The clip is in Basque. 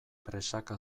presaka